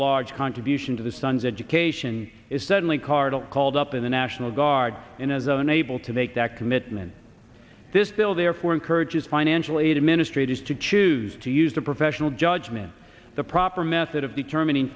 large contribution to the son's education is suddenly cardle called up in the national guard in his own able to make that commitment this bill therefore encourages financial aid administrators to choose to use the professional judgment the proper method of determining